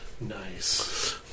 Nice